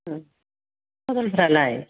उम फथलफ्रालाय